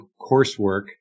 coursework